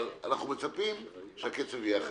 אבל אנחנו מצפים שהקצב יהיה אחר.